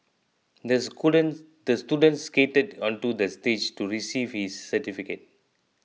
the student the student skated onto the stage to receive his certificate